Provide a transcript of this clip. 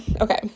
Okay